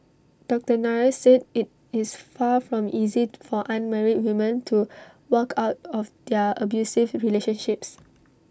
doctor Nair said IT is far from easy to for unmarried women to walk out of their abusive relationships